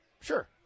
Sure